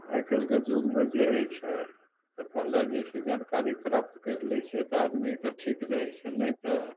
आइकाल्हिके जुगमे जे होइ छै तऽ पहिले जे छै जानकारी प्राप्त करि लै छै तऽ आदमीके ठीक रहै छै आओर नहि तऽ